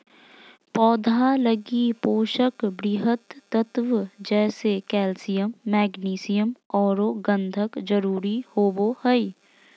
पौधा लगी पोषक वृहत तत्व जैसे कैल्सियम, मैग्नीशियम औरो गंधक जरुरी होबो हइ